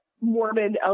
Mormon